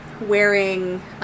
wearing